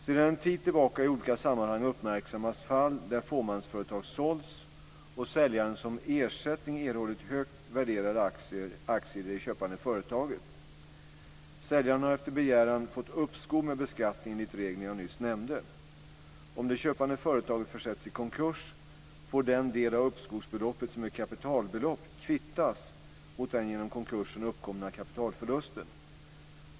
Sedan en tid tillbaka har i olika sammanhang uppmärksammats fall där fåmansföretag sålts och säljaren som ersättning erhållit högt värderade aktier i det köpande företaget. Säljaren har efter begäran fått uppskov med beskattningen enligt reglerna jag nyss nämnde. Om det köpande företaget försätts i konkurs får den del av uppskovsbeloppet som är kapitalbelopp kvittas mot den genom konkursen uppkomna kapitalförlusten.